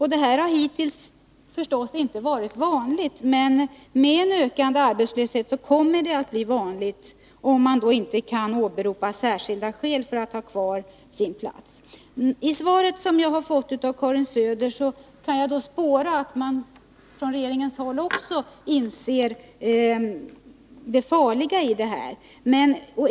Hittills har detta förstås inte varit särskilt vanligt, men med en ökande arbetslöshet kommer det att bli vanligt, om inte föräldrarna kan åberopa särskilda skäl för att få ha kvar sin plats. I svaret som jag har fått av Karin Söder kan jag spåra att regeringen också inser det farliga i detta.